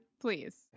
Please